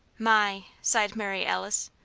my! sighed mary alice,